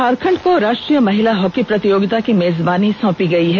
झारखंड को राष्ट्रीय महिला हॉकी प्रतियोगिता की मेजबानी सौंपी गई है